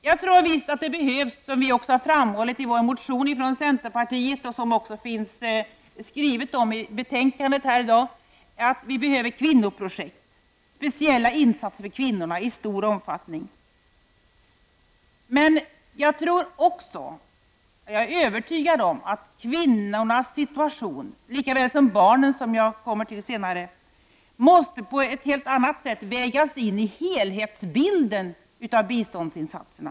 Jag tror visst att det behövs — det har vi i centern framhållit i vår motion, och det framgår också av det betänkande som vi nu behandlar — kvinnoprojekt, speciella insatser för kvinnorna, i stor omfattning. Vidare är jag övertygad om att kvinnornas situation lika väl som barnens — jag skall senare ta upp frågan om barnens situation — på ett helt annat sätt måste vägas in i helhetsbilden när det gäller biståndsinsatserna.